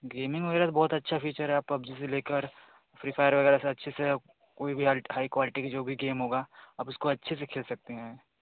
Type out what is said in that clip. gaming वग़ैरह तो बहुत अच्छे फीचर हैं आप पबजी से लेकर फ्री फायर वग़ैरह सब अच्छे से कोई भी हाई क्वालटी का कोई भी गेम होगा आप उसको अच्छे से खेल सकते हैं